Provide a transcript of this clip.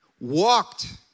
walked